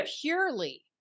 purely